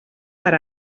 per